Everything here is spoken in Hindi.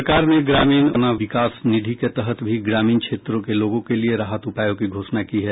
सरकार ने ग्रामीण अवसंरचना विकास निधि के तहत भी ग्रामीण क्षेत्र के लोगों के लिए राहत उपायों की घोषणा की है